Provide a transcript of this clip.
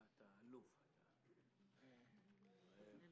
אני רוצה